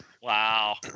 Wow